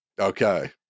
Okay